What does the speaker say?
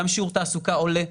גם שיעור התעסוקה עולה,